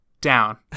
down